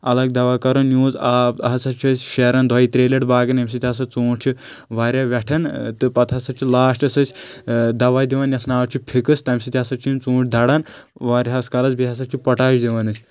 الگ دوا کران نیوٗز آب ہسا چھِ أسۍ شیران دۄیہِ ترٛیٚیہِ لٹہِ باغن ییٚمہِ سۭتۍ ہسا ژوٗنٛٹھۍ چھِ واریاہ ویٹھان تہٕ پتہٕ ہسا چھِ لاسٹس أسۍ دوہ دِوان یتھ ناو چھُ فِکٕس تَمہِ سۭتۍ ہسا چھِ یِم ژوٗنٛٹھۍ دران واریاہس کالس بیٚیہِ ہسا چھِ پٹاش دِوان أسۍ